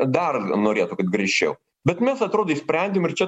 dar norėtų kad griežčiau bet mes atrodo išsprendėm ir čia